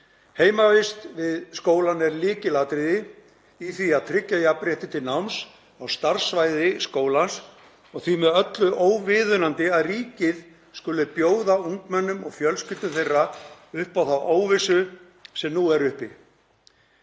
Heimavist við skólann er lykilatriði í því að tryggja jafnrétti til náms á starfssvæði skólans og því með öllu óviðunandi að ríkið skuli bjóða ungmennum og fjölskyldum þeirra upp á þá óvissu sem nú er uppi.“